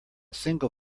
single